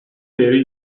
değeri